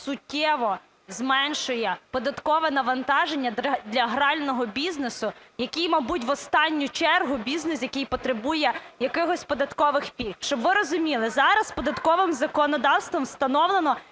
суттєво зменшує податкове навантаження для грального бізнесу, який, мабуть, в останню чергу бізнес, який потребує якихось податкових пільг. Щоб ви розуміли, зараз податковим законодавством встановлено,